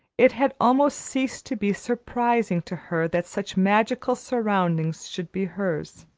it had almost ceased to be surprising to her that such magical surroundings should be hers.